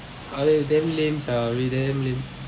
uh ya it's damn lame sia really damn lame